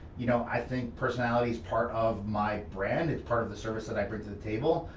you know, i think personality is part of my brand, it's part of the service that i bring to the table,